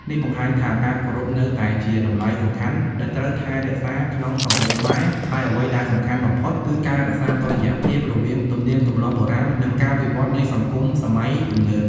នេះបង្ហាញថា ការគោរពនៅតែជាតម្លៃសំខាន់ ដែលត្រូវថែរក្សាក្នុងសង្គមខ្មែរ ហើយអ្វីដែលសំខាន់បំផុត គឺការ រក្សាតុល្យភាព រវាងទំនៀមទម្លាប់បុរាណ និងការវិវឌ្ឍន៍នៃសង្គមសម័យទំនើប។